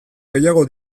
gehiago